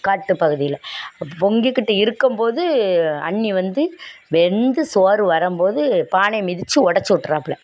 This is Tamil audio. காட்டுப் பகுதியில் பொங்கிக்கிட்டு இருக்கும்போது அண்ணி வந்து வெந்து சோறு வரம்போது பானையை மிதிச்சு உடச்சி விட்டுறாப்புல